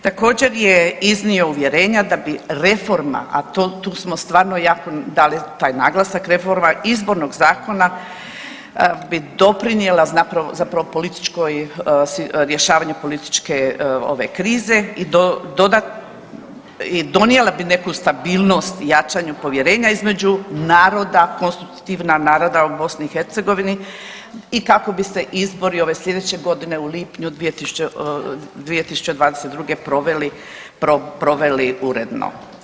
Također je iznio uvjerenja da bi reforma, a tu smo stvarno jako dali taj naglasak, reforma izbornog zakona bi doprinijela zapravo političkoj, rješavanju političke ove krize i dodatno, i donijela bi neku stabilnost jačanju povjerenja između naroda, konstitutivna naroda u BiH i kako bi se izbori ove sljedeće godine u lipnju 2022. proveli uredno.